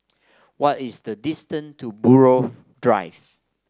what is the distance to Buroh Drive